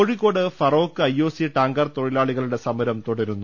Kozhikode Feroke I O C tanker തൊഴിലാളികളുടെ സമരം തുടരുന്നു